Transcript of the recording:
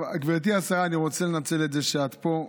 גברתי השרה, אני רוצה לנצל את זה שאת פה.